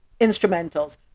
instrumentals